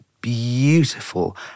beautiful